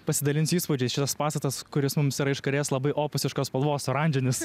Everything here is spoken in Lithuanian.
pasidalinsiu įspūdžiais šitas pastatas kuris mums yra iš kairės labai opusiškos spalvos oranžinis